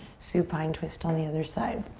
supine twist on the other side.